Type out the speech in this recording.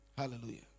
Hallelujah